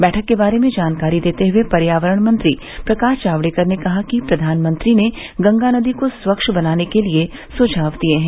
बैठक के बारे में जानकारी देते हुए पर्यावरण मंत्री प्रकाश जावड़ेकर ने कहा कि प्रधानमंत्री ने गंगा नदी को स्वच्छ बनाने के लिये सझाव दिये हैं